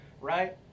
right